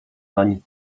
nań